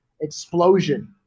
explosion